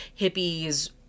hippies